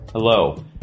Hello